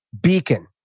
beacon